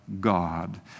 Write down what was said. God